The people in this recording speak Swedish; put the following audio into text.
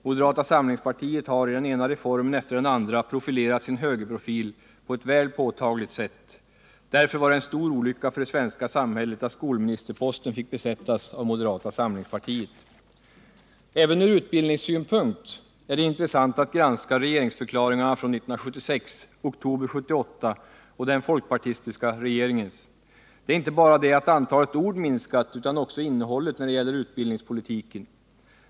Moderata samlingspartiet har i den ena reformen efter den andra markerat sin högerprofil på ett väl påtagligt sätt. Därför var det en stor olycka för det svenska samhället att skolministerposten fick besättas av moderata samlingspartiet. Även från utbildningssynpunkt är det intressant att granska regeringsförklaringarna från 1976 och oktober 1978 och den folkpartistiska regeringens. Det är inte bara antalet ord som minskat — det har också innehållet när det gäller utbildningspolitiken.